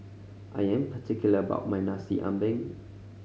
I am particular about my Nasi Ambeng